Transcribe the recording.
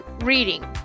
reading